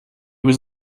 was